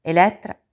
Elettra